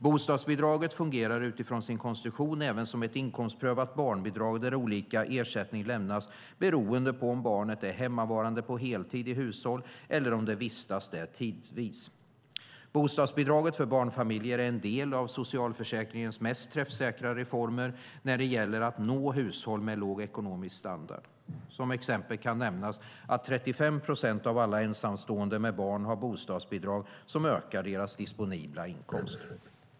Bostadsbidraget fungerar utifrån sin konstruktion även som ett inkomstprövat barnbidrag där olika ersättning lämnas beroende på om barnet är hemmavarande på heltid i hushållet eller om det vistas där tidvis. Bostadsbidraget för barnfamiljer är en av socialförsäkringens mest träffsäkra förmåner när det gäller att nå hushåll med låg ekonomisk standard. Som exempel kan nämnas att 35 procent av alla ensamstående med barn har bostadsbidrag som ökar deras disponibla inkomst.